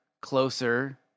closer